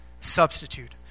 substitute